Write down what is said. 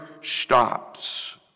stops